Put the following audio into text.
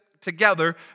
together